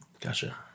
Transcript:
gotcha